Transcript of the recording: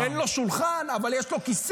אין לו שולחן, אבל יש לו כיסא.